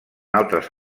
altres